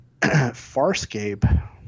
Farscape